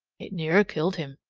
it near killed him.